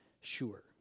sure